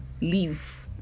leave